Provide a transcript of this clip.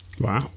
Wow